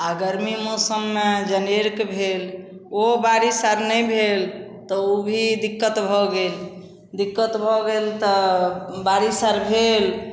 आओर गरमी मौसममे जनेरके भेल ओहो बारिश आर नहि भेल तऽ ओ भी दिक्कत भऽ गेल दिक्कत भऽ गेल तऽ बारिश आर भेल